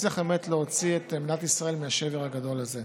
ונצליח באמת להוציא את מדינת ישראל מהשבר הגדול הזה.